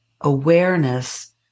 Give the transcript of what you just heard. awareness